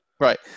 Right